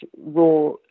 raw